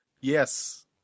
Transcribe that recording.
Yes